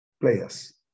players